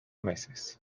meses